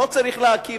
לא צריך להקים,